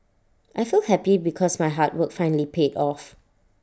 I feel happy because my hard work finally paid off